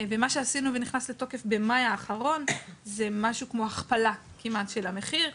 ומה שעשינו ונכנס לתוקף במאי האחרון זה משהו כמו הכפלה כמעט של המחיר.